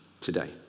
today